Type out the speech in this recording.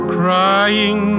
crying